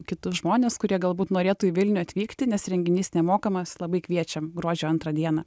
kitus žmones kurie galbūt norėtų į vilnių atvykti nes renginys nemokamas labai kviečiam gruodžio antrą dieną